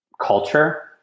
culture